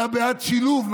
אתה בעד שילוב.